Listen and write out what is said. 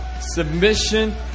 Submission